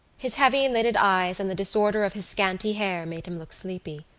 his heavy-lidded eyes and the disorder of his scanty hair made him look sleepy.